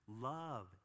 love